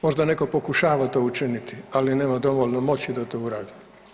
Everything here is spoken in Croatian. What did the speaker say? Možda neko pokušava to učiniti ali nema dovoljno moći da to uradi.